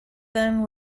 then